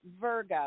Virgo